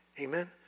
Amen